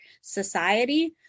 society